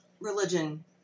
religion